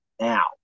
now